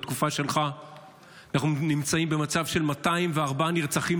בתקופה שלך אנחנו נמצאים במצב של 204 נרצחים,